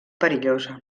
perillosa